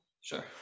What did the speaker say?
Sure